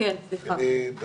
כמפורט להלן,